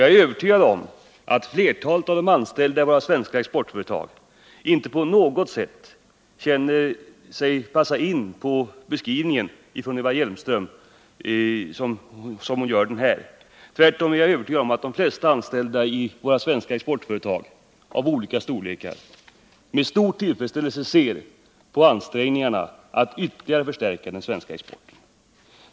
Jag är övertygad om att flertalet av de anställda i våra svenska exportföretag inte på något sätt känner sig passa in i den beskrivning som Eva Hjelmström gör här. Tvärtom är jag övertygad om att de flesta anställda i våra svenska exportföretag av olika storlekar med stor tillfredsställelse ser på ansträngningarna att ytterligare förstärka den svenska exporten.